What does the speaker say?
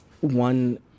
one